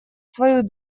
свою